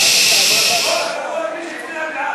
תצביעו נכון בפעם הבאה.